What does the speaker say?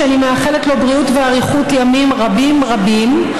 שאני מאחלת לו בריאות ואריכות ימים רבים רבים,